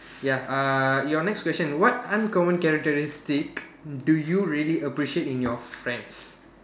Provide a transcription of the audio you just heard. ya uh your next question what uncommon characteristic do you really appreciate in your friends